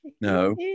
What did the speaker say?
No